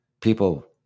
People